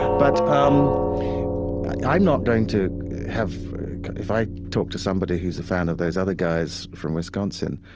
but um i'm not going to have if i talk to somebody who's a fan of those other guys from wisconsin,